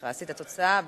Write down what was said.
הכרזתי על התוצאה,